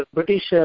British